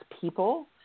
people